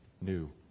new